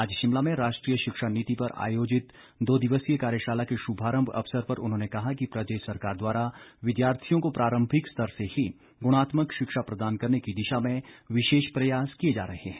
आज शिमला में राष्ट्रीय शिक्षा नीति पर आयोजित दो दिवसीय कार्यशाला के शुभारंभ अवसर पर उन्होंने कहा कि प्रदेश सरकार द्वारा विद्यार्थियों को प्रारंभिक स्तर से ही गुणात्मक शिक्षा प्रदान करने की दिशा में विशेष प्रयास किए जा रहे हैं